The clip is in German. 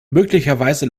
möglicherweise